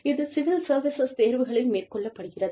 இது civil services தேர்வுகளில் மேற்கொள்ளப்படுகிறது